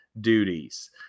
duties